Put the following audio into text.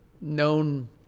known